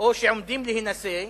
או שעומדים להינשא,